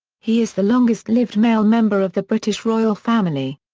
he is the longest-lived male member of the british royal family.